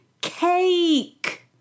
Cake